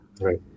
Right